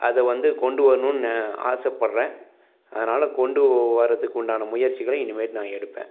அதை வந்து கொண்டு வர்ணுன்னு ஆசைப்படுறேன் அதனால் கொண்டு வரதுக்குண்டான முயற்சிகளையும் இனிமேல் நான் எடுப்பேன்